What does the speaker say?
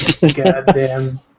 goddamn